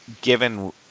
given